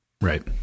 right